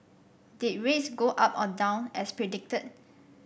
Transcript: did rates go up or down as predicted